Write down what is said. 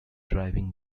driving